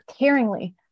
caringly